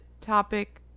topic